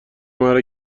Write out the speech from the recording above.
مرا